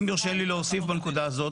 אם יורשה לי להוסיף בנקודה הזאת,